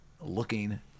looking